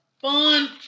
fun